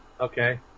Okay